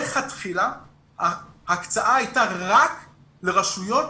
לכתחילה ההקצאה הייתה רק לרשויות